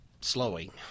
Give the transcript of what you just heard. slowing